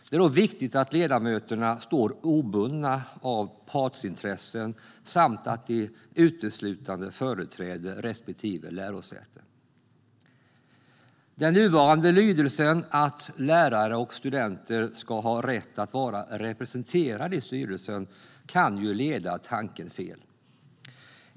Det är då viktigt att ledamöterna står obundna av partsintressen samt att de uteslutande företräder respektive lärosäte. Den nuvarande lydelsen, att lärare och studenter ska ha rätt att vara representerade i styrelsen, kan leda tanken fel.